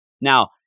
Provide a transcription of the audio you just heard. Now